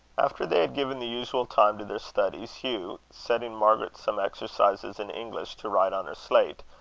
after they had given the usual time to their studies, hugh, setting margaret some exercises in english to write on her slate,